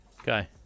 Okay